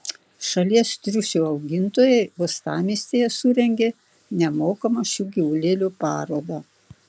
šalies triušių augintojai uostamiestyje surengė nemokamą šių gyvulėlių parodą